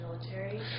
military